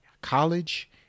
college